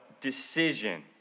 decision